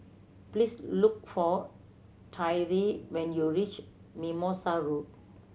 please look for Tyree when you reach Mimosa Road